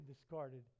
discarded